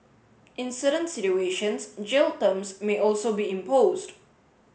in certain situations jail terms may also be imposed